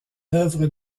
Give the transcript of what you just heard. œuvre